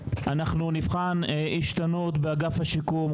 אנחנו נבחן השתנות באגף השיקום,